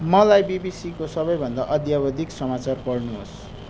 मलाई बिबिसीको सबैभन्दा अध्यावधिक समाचार पढ्नुहोस्